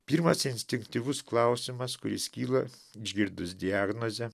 pirmas instinktyvus klausimas kuris kyla išgirdus diagnozę